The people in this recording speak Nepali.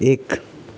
एक